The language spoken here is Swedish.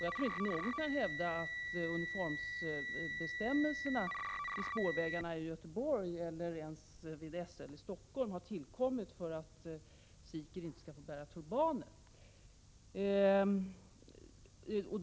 Jag tror inte att någon kan hävda att uniformsbestämmelserna inom Göteborgs spårvägar eller inom SL i Stockholm har tillkommit för att sikher inte skall få bära turbaner.